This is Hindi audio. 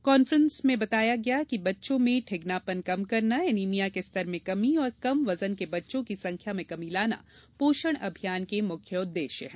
कहन्फ्रेंस में बताया गया कि बच्चों में ठिगनापन कम करना एनीमिया के स्तर में कमी और कम वजन के बच्चों की संख्या में कमी लाना पोषण अभियान के मुख्य उद्देश्य हैं